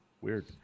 weird